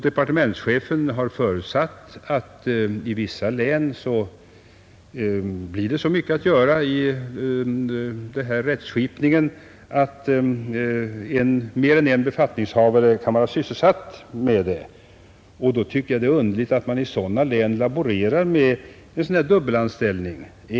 Departementschefen har förutsatt att det i vissa län blir så mycket att göra i rättskipningen att mer än en befattningshavare kan vara sysselsatt med det. Jag tycker det är underligt att man då i sådana län laborerar med denna dubbelanställning.